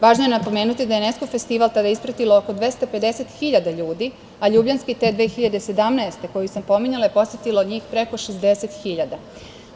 Važno je napomenuti da je Enesko festival ispratilo oko 250.000 ljudi, a Ljubljanski te 2017. godine, koji sam pominjala, je posetilo njih preko 60.000.